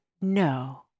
no